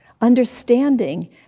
Understanding